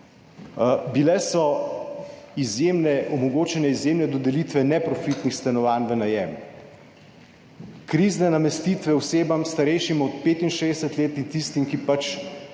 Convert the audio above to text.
izjemne, omogočene izjemne dodelitve neprofitnih stanovanj v najem, krizne namestitve osebam starejšim od 65 let in tistim, ki